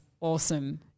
awesome